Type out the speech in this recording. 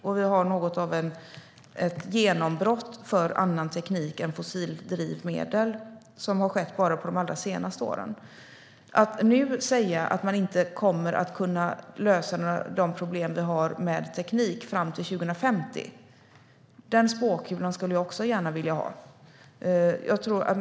Det är något av ett genombrott för annan teknik än fossildrivmedel som har skett bara på de allra senaste åren. Att nu säga att man med teknik inte kommer att kunna lösa de problem som vi har fram till 2050 - den spåkulan skulle jag gärna vilja ha.